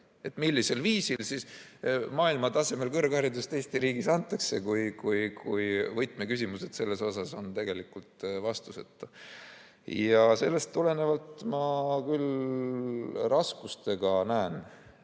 Millisel viisil siis maailmatasemel kõrgharidust Eesti riigis antakse, kui selle võtmeküsimused on tegelikult vastuseta? Sellest tulenevalt ma küll raskustega näen,